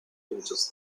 pinches